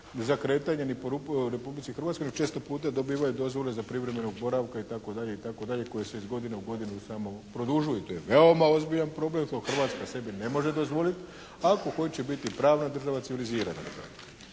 uopće za kretanje ni po Republici Hrvatskoj. Često puta dobivaju dozvole za privremenog boravka i tako dalje i tako dalje koje se iz godine u godinu samo produžuju. To je veoma ozbiljan problem. To Hrvatska sebi ne može dozvoliti ako hoće biti pravna država, civilizirana